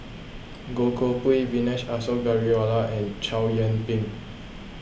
Goh Koh Pui Vijesh Ashok Ghariwala and Chow Yian Ping